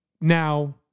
now